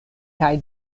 kaj